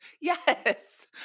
Yes